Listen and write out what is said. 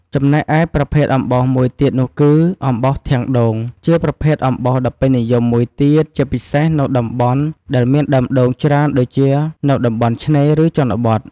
ចំណែកឯប្រភេទអំបោសមួយទៀតនោះគឺ អំបោសធាងដូងជាប្រភេទអំបោសដ៏ពេញនិយមមួយទៀត ជាពិសេសនៅតំបន់ដែលមានដើមដូងច្រើនដូចជានៅតំបន់ឆ្នេរ ឬជនបទ។